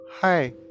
Hi